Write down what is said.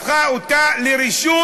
הפכה אותה לרשות,